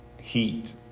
heat